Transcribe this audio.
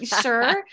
sure